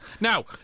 Now